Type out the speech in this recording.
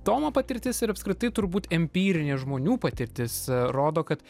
tomo patirtis ir apskritai turbūt empirinė žmonių patirtis rodo kad